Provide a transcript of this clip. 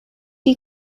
you